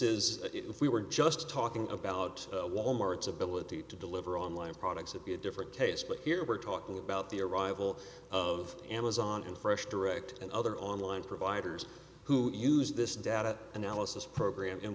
is if we were just talking about wal mart's ability to deliver online products would be a different case but here we're talking about the arrival of amazon fresh direct and other online providers who use this data analysis program